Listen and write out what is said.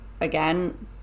again